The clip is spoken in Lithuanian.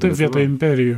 taip vietoj imperijų